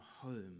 home